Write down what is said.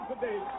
today